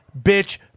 bitch